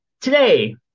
Today